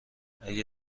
اگه